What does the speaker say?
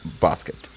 basket